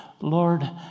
Lord